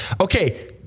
Okay